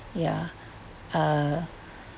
ya uh